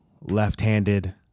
left-handed